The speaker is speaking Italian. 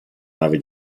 nave